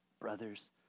Brothers